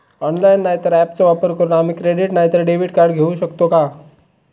Online नाय तर ऍपचो वापर करून आम्ही क्रेडिट नाय तर डेबिट कार्ड घेऊ शकतो का?